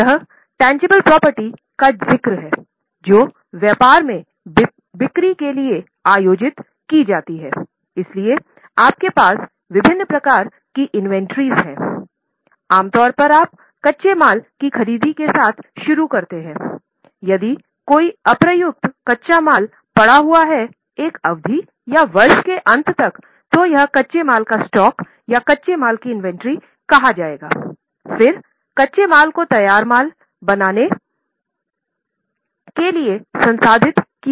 यह मूर्त संपत्ति कहा जाएगा फिर कच्चे माल को तैयार माल बनाने के लिए संसाधित किया जाता है